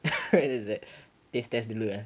it's like test test dulu ah